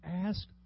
ask